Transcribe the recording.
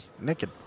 Naked